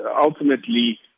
ultimately